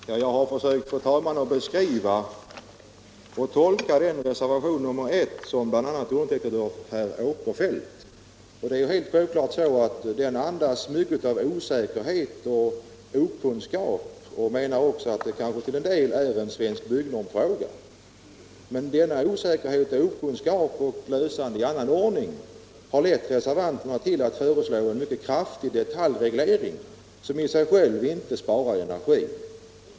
Fru talman! Jag har försökt tolka och beskriva reservationen I, som bl.a. är undertecknad av herr Åkerfeldt. Den andas mycket av osäkerhet och okunnighet. Denna osäkerhet och okunnighet har lett reservanterna att föreslå en mycket kraftig detaljreglering som i sig själv inte spar energi.